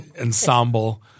ensemble